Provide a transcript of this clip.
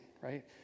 right